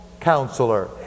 Counselor